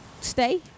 stay